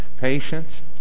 patience